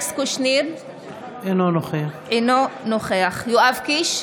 אינו נוכח יואב קיש,